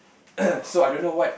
so I don't know what